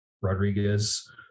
Rodriguez